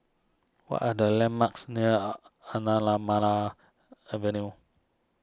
what are the landmarks near Avenue